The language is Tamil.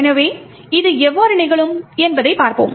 எனவே இது எவ்வாறு நிகழும் என்பதைப் பார்ப்போம்